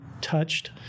touched